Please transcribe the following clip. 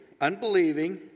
unbelieving